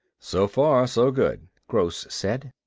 so far so good, gross said.